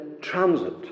transit